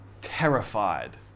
terrified